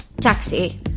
taxi